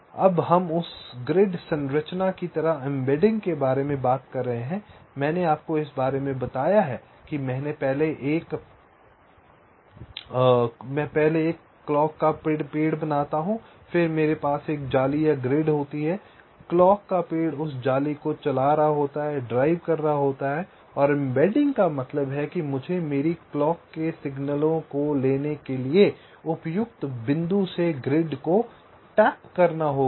अब हम उस ग्रिड संरचना की तरह एम्बेडिंग के बारे में बात कर रहे हैं मैंने आपको इस बारे में बताया कि मैं पहले एक क्लॉक का पेड़ बनाता हूं फिर मेरे पास एक जाली या ग्रिड होता है क्लॉक का पेड़ उस जाली को चला रहा होता है और एम्बेडिंग का मतलब है कि मुझे मेरी क्लॉक के संकेतों को लेने के लिए उपयुक्त बिंदु से ग्रिड को टैप करना होगा